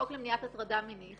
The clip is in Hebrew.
בחוק למניעת הטרדה מינית,